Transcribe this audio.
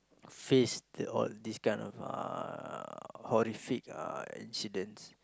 face the all these kind of uh horrific uh incidents